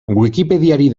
wikipediari